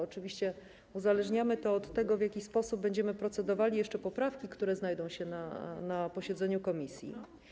Oczywiście uzależniamy to od tego, w jaki sposób będziemy procedowali jeszcze nad poprawkami, które znajdą się na posiedzeniu komisji.